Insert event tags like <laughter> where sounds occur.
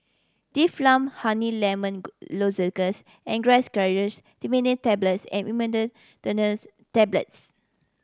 Difflam Honey Lemon <unintelligible> Lozenges Angised Glyceryl Trinitrate Tablets and Imodium <unintelligible> Tablets